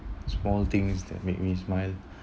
small things that make me smile